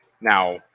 now